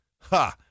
Ha